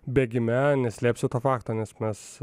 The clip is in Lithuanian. bėgime neslėpsiu to fakto nes mes